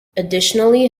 additionally